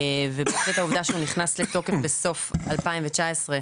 ובהחלט שהעובדה שהוא נכנס לתוקף בסוף 2019,